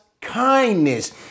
kindness